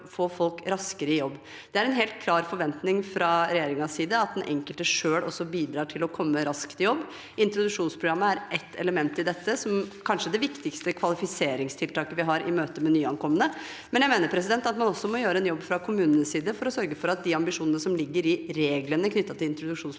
Det er en helt klar forventning fra regjeringens side at den enkelte selv også bidrar til å komme raskt i jobb. Introduksjonsprogrammet er ett element i dette og er kanskje det viktigste kvalifiseringstiltaket vi har i møte med nyankomne. Men man må også gjøre en jobb fra kommunenes side for å sørge for at de ambisjonene som ligger i reglene knyttet til introduksjonsprogram,